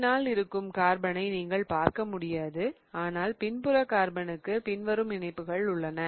பின்னால் இருக்கும் கார்பனை நீங்கள் பார்க்க முடியாது ஆனால் பின்புற கார்பனுக்கு பின்வரும் இணைப்புகள் உள்ளன